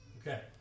Okay